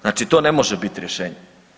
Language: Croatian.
Znači to ne može biti rješenje.